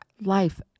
life